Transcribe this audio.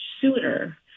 sooner